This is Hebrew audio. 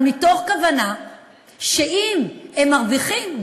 אבל מתוך כוונה שאם הם מרוויחים,